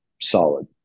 solid